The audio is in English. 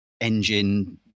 engine